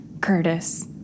Curtis